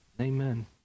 amen